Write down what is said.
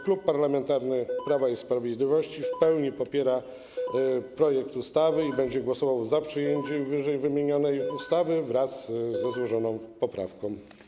Klub Parlamentarny Prawa i Sprawiedliwości w pełni popiera projekt ustawy i będzie głosował za przyjęciem ww. ustawy wraz ze złożoną poprawką.